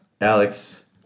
Alex